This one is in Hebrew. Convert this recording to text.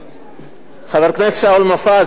חבר הכנסת שאול מופז,